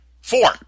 Four